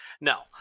No